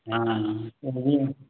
हाँ हाँ वो भी है